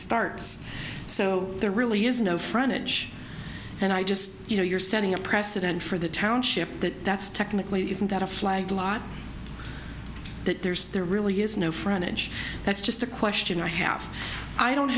starts so there really is no frontage and i just you know you're setting a precedent for the township that that's technically isn't that a flag a lot that there's there really is no frontage that's just a question i have i don't